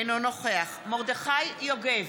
אינו נוכח מרדכי יוגב,